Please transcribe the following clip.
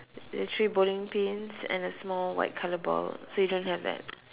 the three bowling pins and the small white color ball so you don't have that